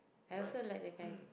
I also like that guy